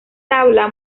tabla